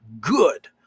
good